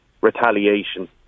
retaliation